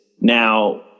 now